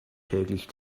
täglich